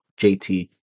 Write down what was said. JT